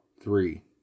three